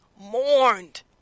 mourned